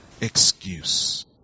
excuse